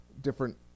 different